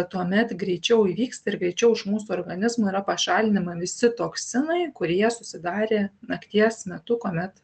tuomet greičiau įvyksta ir greičiau iš mūsų organizmo yra pašalinama visi toksinai kurie susidarė nakties metu kuomet